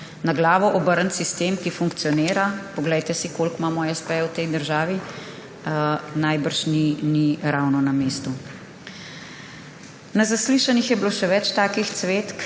na glavo obrniti sistem, ki funkcionira – poglejte si, koliko imamo espejev v tej državi – najbrž ni ravno na mestu. Na zaslišanjih je bilo še več takih cvetk,